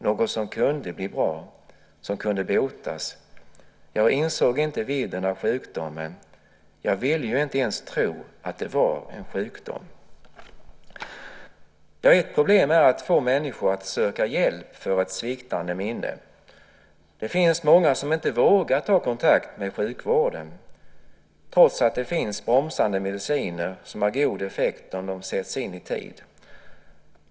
Något som kunde bli bra, som kunde botas. Jag insåg inte vidden av sjukdomen, jag ville ju inte ens tro att det var en sjukdom." Ett problem är att få människor att söka hjälp för ett sviktande minne. Det finns många som inte vågar ta kontakt med sjukvården trots att det finns bromsande mediciner som har god effekt om de sätts in i tid.